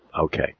Okay